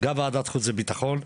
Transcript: גם ועדת חוץ וביטחון,